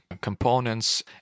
components